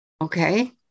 Okay